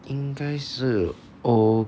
应该是 O